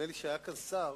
נדמה לי שהיה כאן שר,